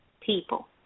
people